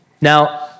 Now